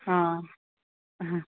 हां हां